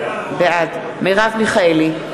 בעד מרב מיכאלי,